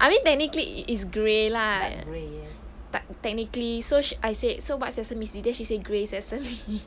I mean technically it is grey lah but technically so sh~ so I said so white sesame is it she said grey sesame